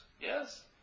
Yes